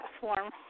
Platform